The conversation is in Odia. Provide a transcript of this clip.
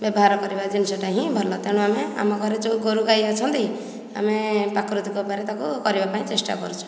ବ୍ୟବହାର କରିବା ଜିନିଷଟା ହିଁ ଭଲ ତେଣୁ ଆମେ ଆମ ଘରେ ଯେଉଁ ଗୋରୁ ଗାଈ ଅଛନ୍ତି ଆମେ ପ୍ରାକୃତିକ ଉପାୟରେ ତାକୁ କରିବା ପାଇଁ ଚେଷ୍ଟା କରୁଛୁ